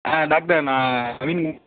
ஆ doctor நான் கவின்